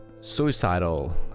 suicidal